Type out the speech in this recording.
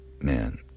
man